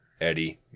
Eddie